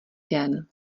den